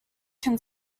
can